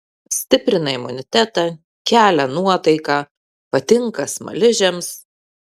stiprina imunitetą kelia nuotaiką patinka smaližiams